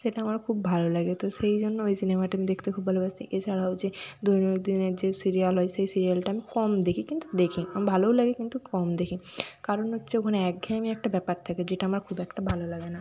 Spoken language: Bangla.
সেটা আমার খুব ভালো লাগে তো সেই জন্য ওই সিনেমাটি আমি দেখতে খুব ভালোবাসি এছাড়াও যে দৈনন্দিনের যে সিরিয়াল হয় সে সিরিয়ালটা আমি কম দেখি কিন্তু দেখি আমার ভালোও লাগে কিন্তু কম দেখি কারণ হচ্ছে ওখানে একঘেয়েমি একটা ব্যাপার থাকে যেটা আমার খুব একটা ভালো লাগে না